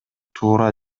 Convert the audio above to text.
туура